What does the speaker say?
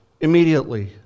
immediately